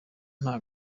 nta